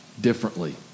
differently